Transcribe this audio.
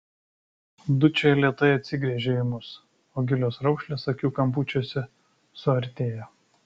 dučė lėtai atsigręžė į mus o gilios raukšlės akių kampučiuose suartėjo